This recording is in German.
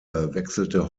wechselte